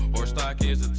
horse tack is